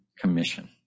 commission